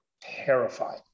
terrified